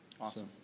Awesome